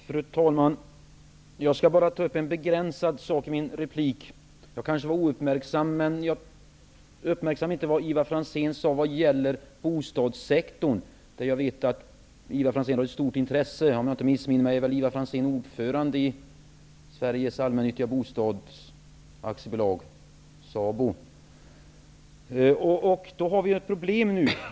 Fru talman! Jag skall i min replik bara ta upp en begränsad del. Jag var kanske ouppmärksam, men jag uppfattade inte vad Ivar Franzén sade om bostadssektorn. Jag vet att Ivar Franzén har ett stort intresse av den. Om jag inte missminner mig är Ivar Franzén ordförande i Sveriges Allmännyttiga Bostadsföretag, SABO. Det finns ett problem nu.